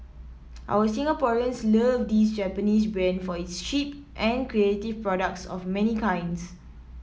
our Singaporeans love this Japanese brand for its cheap and creative products of many kinds